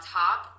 top